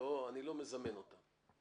אני לא מזמן אותם.